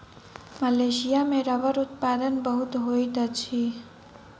Malaysia में रबड़ उत्पादन बहुत होइत अछि